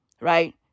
right